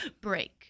break